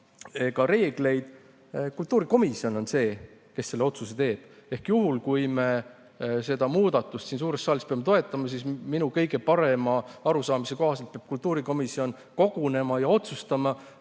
ega reegleid. Kultuurikomisjon on see, kes selle otsuse teeb, ehk juhul, kui me seda muudatust siin suures saalis peame toetama, siis minu kõige parema arusaamise kohaselt peab kultuurikomisjon kogunema ja otsustama,